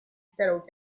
settle